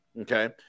okay